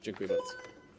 Dziękuję bardzo.